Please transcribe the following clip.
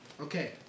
Okay